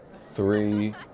three